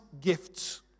gifts